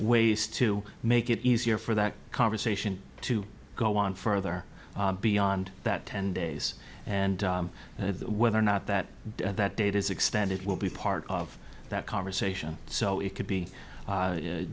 ways to make it easier for that conversation to go on further beyond that ten days and whether or not that that date is extended will be part of that conversation so it could be